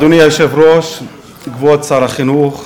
אדוני היושב-ראש, כבוד שר החינוך,